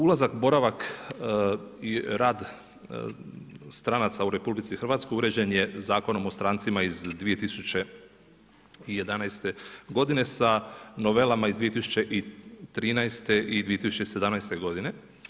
Ulazak, boravak i rad stranaca u RH uređen je Zakonom o strancima iz 2011. godine sa novelama iz 2013. i 2017. godine.